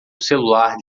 celular